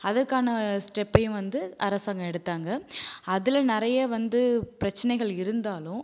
அதற்கான ஸ்டெப்பையும் வந்து அரசாங்கம் எடுத்தாங்க அதில் நிறைய வந்து பிரச்சனைகள் இருந்தாலும்